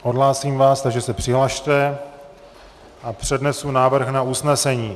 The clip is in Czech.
Odhlásím vás, takže se přihlaste a přednesu návrh na usnesení.